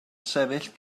sefyll